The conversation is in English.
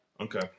Okay